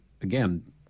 again